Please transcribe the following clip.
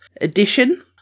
edition